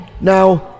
Now